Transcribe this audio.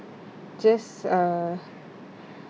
just uh